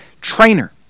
trainer